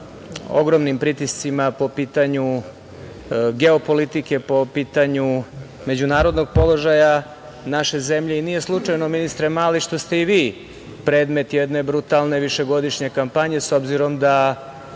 ogromnim pritiscima po pitanju geopolitike, po pitanju međunarodnog položaja naše zemlje. Nije slučajno, ministre Mali, što ste i vi predmet jedne brutalne višegodišnje kampanje, s obzirom da